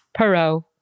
Perot